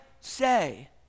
say